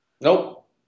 Nope